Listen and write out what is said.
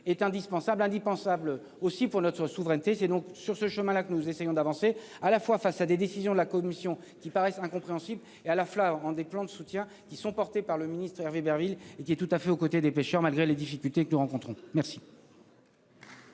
est indispensable, indispensable aussi pour notre souveraineté. C'est donc sur ce chemin-là que nous essayons d'avancer à la fois face à des décisions de la commission qui paraissent incompréhensibles et à la fleur au rang des plans de soutien qui sont portés par le ministre Hervé Berville et qui est tout à fait aux côtés des pêcheurs malgré les difficultés que nous rencontrons, merci.